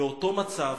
באותו מצב,